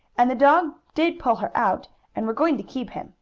and the dog did pull her out, and we're going to keep him,